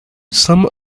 some